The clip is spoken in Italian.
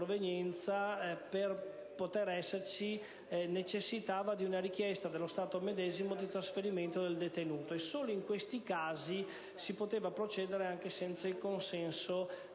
provenienza necessitava di una apposita richiesta dello Stato medesimo di trasferimento del detenuto. Solo in questi casi si può procedere anche senza il consenso